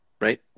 right